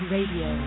Radio